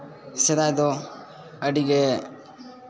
ᱥᱮᱫᱟᱭ ᱫᱚ ᱟᱹᱰᱤ ᱜᱮ